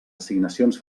assignacions